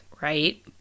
right